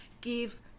give